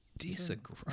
disagree